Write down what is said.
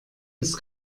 ist